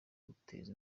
guteza